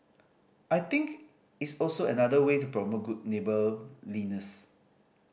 I think it's also another way to promote good neighbourliness